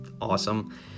awesome